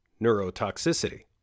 neurotoxicity